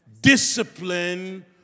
Discipline